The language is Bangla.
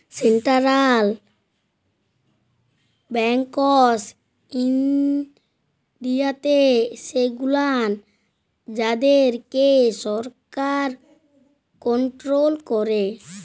সেন্টারাল ব্যাংকস ইনডিয়াতে সেগুলান যাদেরকে সরকার কনটোরোল ক্যারে